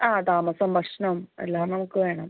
ആ താമസം ഭക്ഷണം എല്ലാം നമുക്ക് വേണം